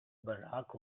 barack